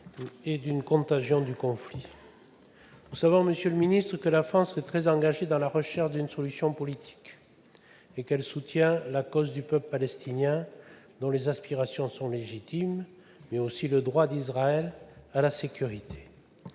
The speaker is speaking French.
et d'une contagion du conflit. Nous le savons, la France est très engagée dans la recherche d'une solution politique et elle soutient la cause du peuple palestinien, dont les aspirations sont légitimes, mais aussi le droit d'Israël à la sécurité.